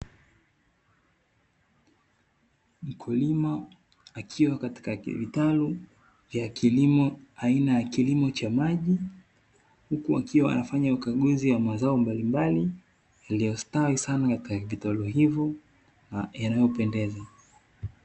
Mkulima akiwa katika vitalu vya kilimo aina ya kilimo cha maji, huku akiwa anafanya ukaguzi wa mazao mbalimbali yaliyostawi sana katika vitalu hivyo yanayopendeza.